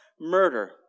murder